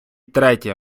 третє